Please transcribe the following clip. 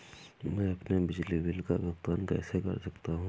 मैं अपने बिजली बिल का भुगतान कैसे कर सकता हूँ?